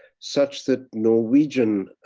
such that norwegian